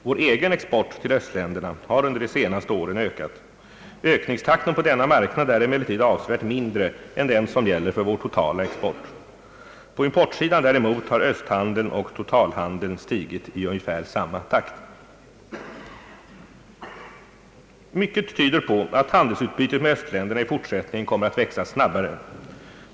Vår egen export till östländerna har under de senaste åren ökat. Ökningstakten på denna marknad är emellertid avsevärt mindre än den som gäller för vår totala export. På importsidan däremot har östhandeln och totalhandeln stigit i ungefär samma takt. Mycket tyder på att handelsutbytet med östländerna i fortsättningen kommer att växa snabbare.